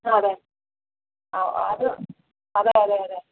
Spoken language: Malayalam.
സർ അതെ അത് അതെ അതെ അതെ